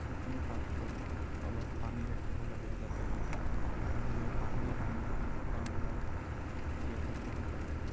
যিকোনো পাত্ৰত অলপ পানী ৰাখিব লাগে যাতে তেওঁলোকে সেই পানী খাই পেলাই জীয়াই থাকিব পাৰে